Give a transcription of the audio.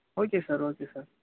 okay sir okay sir